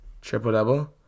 triple-double